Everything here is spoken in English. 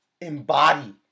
embody